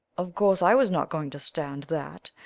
of course i was not going to stand that.